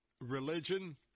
religion